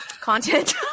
content